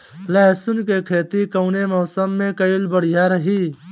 लहसुन क खेती कवने मौसम में कइल बढ़िया रही?